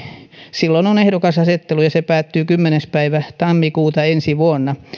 silloin on ehdokasasettelu ja se päättyy kymmenes päivä tammikuuta ensi vuonna